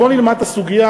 בואו נלמד את הסוגיה.